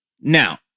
Now